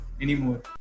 anymore